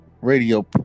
radio